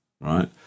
right